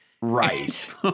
Right